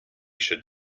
should